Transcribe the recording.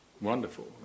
wonderful